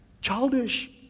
Childish